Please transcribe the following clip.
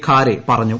ഖാരെ പറഞ്ഞു